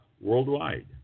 worldwide